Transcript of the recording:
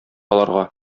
аларга